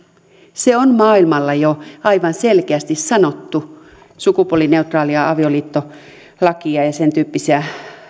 se on maailmalla jo aivan selkeästi sanottu sukupuolineutraalia avioliittolakia ja sentyyppisiä